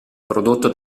prodotto